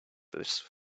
this